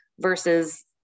Versus